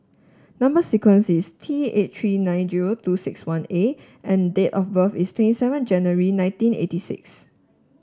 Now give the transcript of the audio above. number sequence is T eight three nine zero two six one A and date of birth is twenty seven January nineteen eighty six